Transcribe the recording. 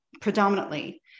predominantly